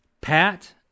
Pat